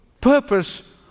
purpose